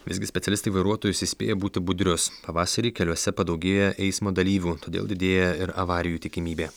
visgi specialistai vairuotojus įspėja būti budrius pavasarį keliuose padaugėja eismo dalyvių todėl didėja ir avarijų tikimybė